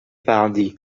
pardi